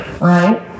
right